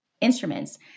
instruments